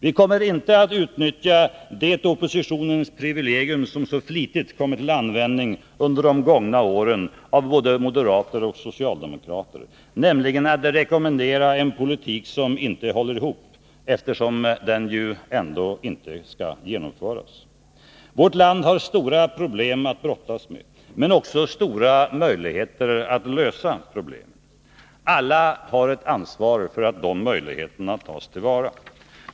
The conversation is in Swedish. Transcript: Vi kommer inte att utnyttja det oppositionens privilegium som så flitigt kommit till användning under de gångna åren av både moderater och socialdemokrater, nämligen att rekommendera en politik som inte håller ihop, eftersom den ändå inte skall genomföras. Vårt land har stora problem att brottas med, men också goda möjligheter att lösa dem. Alla har ett ansvar för att de möjligheterna tas till vara.